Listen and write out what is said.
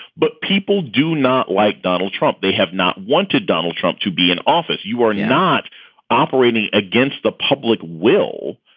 but people do not like donald trump. they have not wanted donald trump to be an office. you are not operating against the public will.